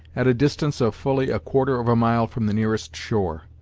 at a distance of fully a quarter of a mile from the nearest shore.